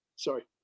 Sorry